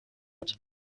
mit